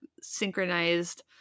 synchronized